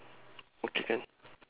okay can